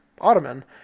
Ottoman